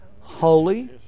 Holy